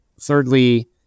thirdly